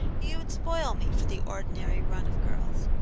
you would spoil me for the ordinary run of girls.